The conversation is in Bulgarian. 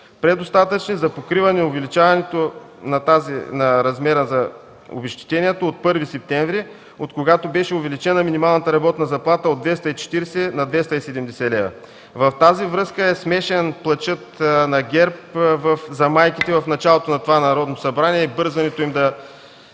предостатъчни за покриване увеличаването на размера за обезщетението от 1 септември, откогато беше увеличена минималната работна заплата от 240 на 270 лв. В тази връзка е смешен плачът на ГЕРБ за майките в началото на това Народно събрание и бързането им да